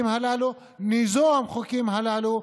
ניזום חוקים כאלה,